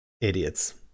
idiots